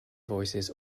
voices